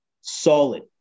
solid